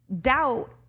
doubt